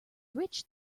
rich